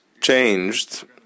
changed